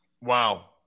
Wow